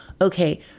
okay